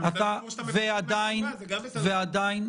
עדיין,